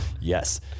Yes